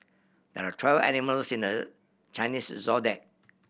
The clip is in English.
there are twelve animals in the Chinese Zodiac